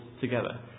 together